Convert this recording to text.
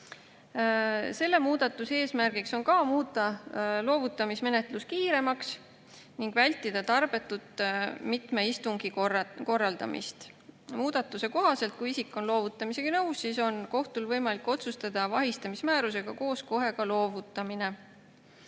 Selle muudatuse eesmärk on ka muuta loovutamismenetlus kiiremaks ning vältida tarbetut mitme istungi korraldamist. Muudatuse kohaselt, kui isik on loovutamisega nõus, on kohtul võimalik otsustada vahistamismäärusega koos kohe ka loovutamine. Eelnõuga